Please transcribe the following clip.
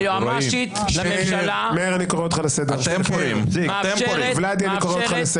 הוויכוח המשפטי לגבי עילת הסבירות הוא ראוי ולגיטימי.